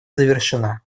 завершена